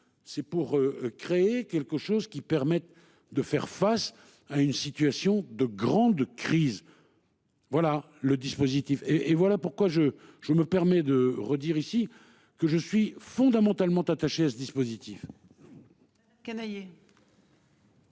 c'est pour créer quelque chose qui permettent de faire face à une situation de grande crise. Voilà le dispositif et, et voilà pourquoi je je me permet de redire ici que je suis fondamentalement attaché à ce dispositif.